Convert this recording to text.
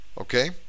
Okay